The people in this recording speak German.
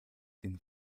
den